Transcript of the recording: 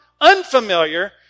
unfamiliar